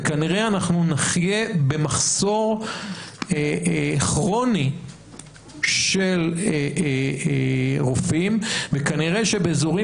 וכנראה אנחנו נחיה במחסור כרוני של רופאים וכנראה שבאזורים